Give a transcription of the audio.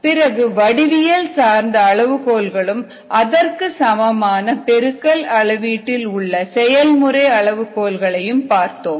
பிறகு வடிவியல் சார்ந்த அளவுகோல்களும் அதற்கு சமமான பெருக்கல் அளவீட்டில் உள்ள செயல்முறை அளவுகோல்கள் பார்த்தோம்